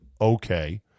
okay